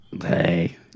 Hey